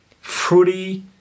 fruity